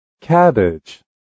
Cabbage